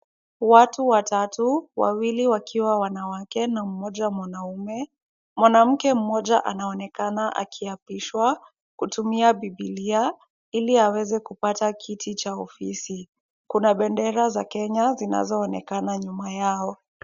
Watu watatu, wawili wakiwa wanawake na mmoja mwanaume. Mwanamke mmoja anaonekana akiapishwa kutumia bibilia ili aweze kupata kiti cha ofisi. Kuna bendera za Kenya zinazo onekana nyuma yao.